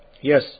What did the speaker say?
yes